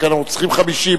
רק אנחנו צריכים 50,